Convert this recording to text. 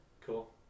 Cool